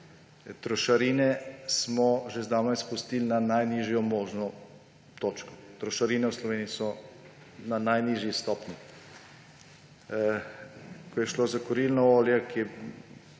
Trošarine smo že zdavnaj spustili na najnižjo možno točko. Trošarine v Sloveniji so na najnižji stopnji. Ko je šlo za kurilno olje, ker je